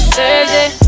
Thursday